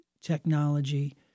technology